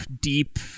deep